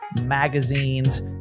magazines